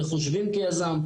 איך חושבים כיזם,